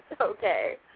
okay